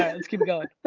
and let's keep goin'.